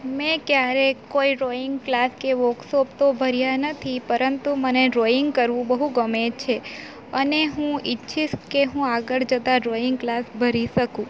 મેં ક્યારે કોઈ ડ્રોઈંગ ક્લાસ કે વોર્કશોપ તો ભર્યા નથી પરંતુ મને ડ્રોઈંગ કરવું બહુ ગમે છે અને હું ઈચ્છીશ કે હું આગળ જતા ડ્રોઈંગ ક્લાસ ભરી શકું